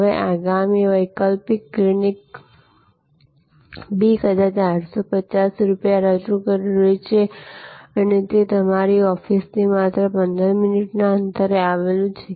હવે આગામી વૈકલ્પિક ક્લિનિક B કદાચ 850 રૂપિયા રજૂ કરી રહ્યું છે અને તે તમારી ઓફિસથી માત્ર 15 મિનિટના અંતરે આવેલું છે